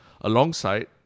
alongside